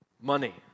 Money